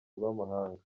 rw’amahanga